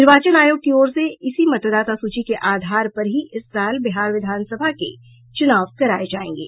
निर्वाचन आयोग की ओर से इसी मतदाता सूची के आधार पर ही इस साल बिहार विधानसभा के चुनाव कराये जायेंगे